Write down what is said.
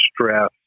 stress